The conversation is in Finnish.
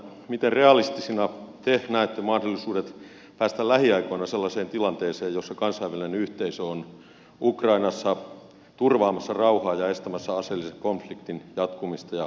miten realistisina te näette mahdollisuudet päästä lähiaikoina sellaiseen tilanteeseen jossa kansainvälinen yhteisö on ukrainassa turvaamassa rauhaa ja estämässä aseellisen konfliktin jatkumista ja pahenemista